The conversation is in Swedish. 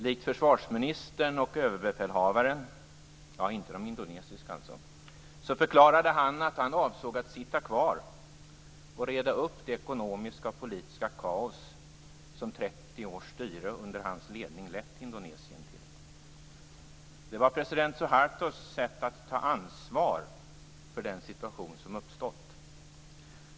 Likt försvarsministern och överbefälhavaren - inte de indonesiska - förklarade han att han avsåg att sitta kvar och reda upp det ekonomiska och politiska kaos som 30 års styre under hans ledning lett Indonesien till. Det var president Suhartos sätt att ta ansvar för den situation som uppstått.